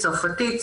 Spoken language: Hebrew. צרפתית,